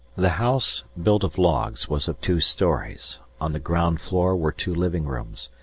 the house, built of logs, was of two stories on the ground floor were two living rooms,